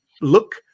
look